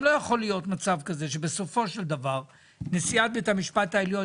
גם לא יכול להיות מצב כזה שבסופו של דבר נשיאת בית המשפט העליון,